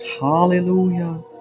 Hallelujah